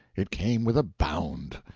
it came with a bound.